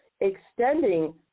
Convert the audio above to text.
extending